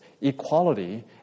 equality